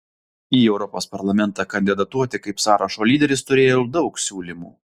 į europos parlamentą kandidatuoti kaip sąrašo lyderis turėjau daug siūlymų